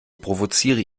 provoziere